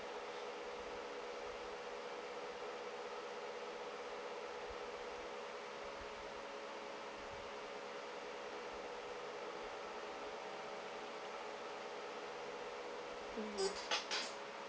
mm